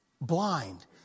blind